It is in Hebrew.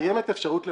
קיימת אפשרות למחזר,